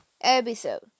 episode